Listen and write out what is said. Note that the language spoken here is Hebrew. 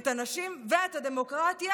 את הנשים ואת הדמוקרטיה,